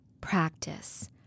practice